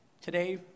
Today